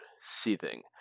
seething